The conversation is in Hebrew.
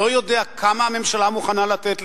לא יודע כמה הממשלה מוכנה לתת לך.